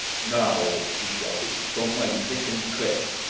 now! he shouted. come and take him, quick!